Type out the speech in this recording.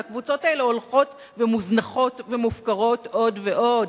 והקבוצות האלה הולכות ומוזנחות ומופקרות עוד ועוד.